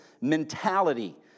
mentality